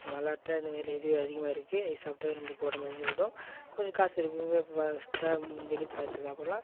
மல்லாட்டை இந்த மாதிரி இது அதிகமாக இருக்கு இது சாப்பிட்டாவே நம்மளுக்கு உடம்பு அதிகமாகிடும் கொஞ்சம் காசு இருக்கிறவங்க பிஸ்தா முந்திரி திராட்சை சாப்பிட்லாம்